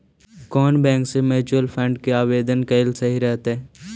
कउन बैंक से mutual fund के आवेदन कयल सही रहतई?